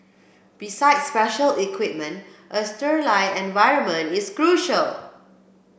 besides special equipment a environment is crucial